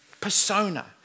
persona